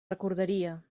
recordaria